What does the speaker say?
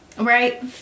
right